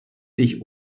sich